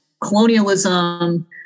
colonialism